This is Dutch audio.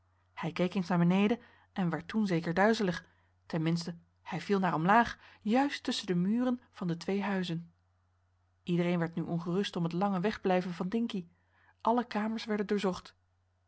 hij keek eens naar beneden en werd toen zeker duizelig ten minste hij viel naar omlaag juist tusschen de muren van de twee huizen iedereen werd nu ongerust om het lange wegblijven van dinkie alle kamers werden doorgezocht